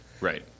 Right